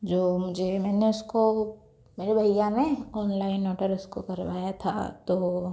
जो मुझे मैंने उसको मेरे भैया ने ऑनलाइन ऑर्डर उसको करवाया था तो